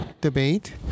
debate